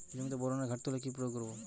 জমিতে বোরনের ঘাটতি হলে কি প্রয়োগ করব?